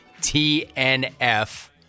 TNF